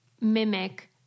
mimic